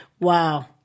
wow